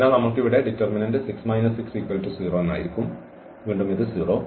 അതിനാൽ നമ്മൾക്ക് ഇവിടെ ഡിറ്റർമിനന്റ് 6 60 ആയിരിക്കും അതിനാൽ വീണ്ടും ഇത് 0